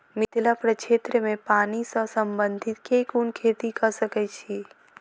मिथिला प्रक्षेत्र मे पानि सऽ संबंधित केँ कुन खेती कऽ सकै छी?